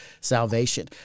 salvation